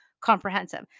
comprehensive